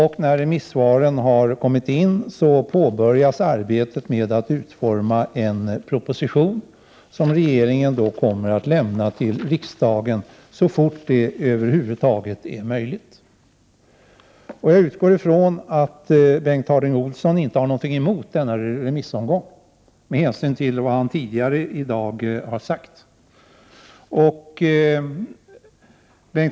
När remissvaren har kommit in påbörjas arbetet med utformningen av en proposition, som regeringen kommer att lämna till riksdagen så snart som det över huvud taget är möjligt. Jag utgår ifrån att Bengt Harding Olson inte har någonting emot denna remissomgång med tanke på vad han tidigare i dag har sagt.